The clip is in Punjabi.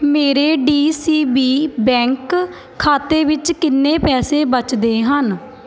ਮੇਰੇ ਡੀ ਸੀ ਬੀ ਬੈਂਕ ਖਾਤੇ ਵਿੱਚ ਕਿੰਨੇ ਪੈਸੇ ਬਚਦੇ ਹਨ